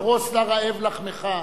"פרס לרעב לחמך".